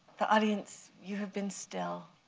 the audience you have been still.